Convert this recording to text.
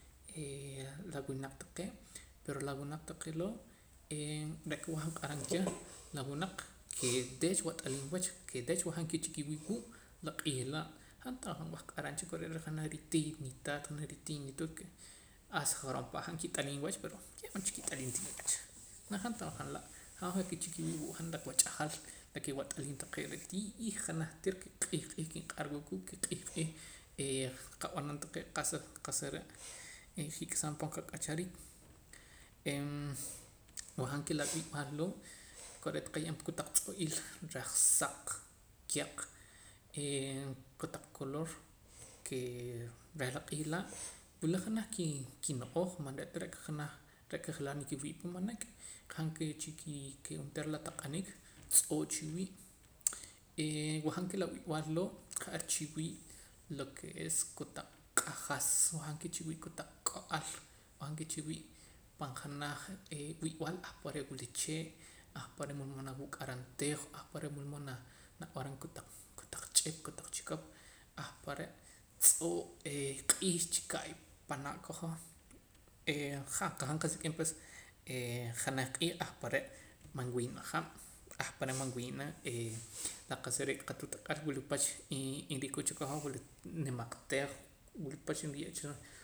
Ee la wunaq taqee' pero la wunaq taqee' loo' re'la wajaam q'aram keh la wunaq ke deech wat'aliim wach ke deech wajaam chikiwii' kuu' la q'iij laa' han tah wajaam wah q'aram cha kore'eet janaj ritiiya nitaat janaj ritiiya nituut ke aas jorompa' haab' kit'aliim wach pero keh man cha kit'aliim ta niwach nah han tah wajaam laa' han wajaam ke chikiwii' wu'han la wach'ajal la ke wat'aaliim re'tii y janaj tir ke q'iij q'iij kinq'arwa kuu' ke q'iij q'iij e qab'anam taqee' qa'sa qa'sa re' qik'saam pan qak'achariik wajaam ke la wi'b'al loo' kore'eet qaye'eem pa kotaq tz'o'il reh saq kiaq ee kotaq color ke reh la q'iij laa' wula janaj ki kino'ooj manre'ta re'ka janaj re' je'laa nikiwi'pa manek' qajaam ke chi kii ke onteera la taq'anik tz'oo' chi wii' ee wajaam ke la wi'b'al loo' ja'ar chiwii' lo ke es kotaq q'ajas wajaam ke chiwii' kotaq k'o'el wajaam ke chiwii' pan janaj e wi'b'al ahpare' wila chee' ahpare' wul mood nawuk'aram teew ahpare' wulmood na nab'aram kotaq ch'ip kotaq chikop ahpare' tz'oo' q'iij chika'ya panaa qahoj e jaa qajaam qasik'im pues ee janaj q'iij ahpare' man wii'ne hab' ahpare' man wii'ne la qa'sa re' qatuut ak'al wila pach inri rik'ut cha qahoj wila nimaq teew wila pach riye'cha